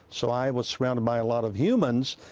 so i was surrounded by a lot of humans,